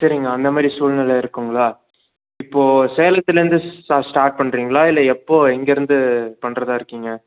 சரிங்க அந்த மாதிரி சூழ்நிலை இருக்குங்களா இப்போ சேலத்துலருந்து ஸ்டா ஸ்டார்ட் பண்ணுறிங்களா இல்லை எப்போ எங்க இருந்து பண்ணுறதா இருக்கிங்க